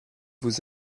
vous